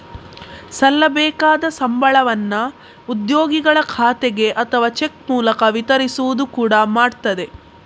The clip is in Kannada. ಸಲ್ಲಬೇಕಾದ ಸಂಬಳವನ್ನ ಉದ್ಯೋಗಿಗಳ ಖಾತೆಗೆ ಅಥವಾ ಚೆಕ್ ಮೂಲಕ ವಿತರಿಸುವುದು ಕೂಡಾ ಮಾಡ್ತದೆ